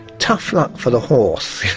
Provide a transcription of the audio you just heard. tough luck for the horse.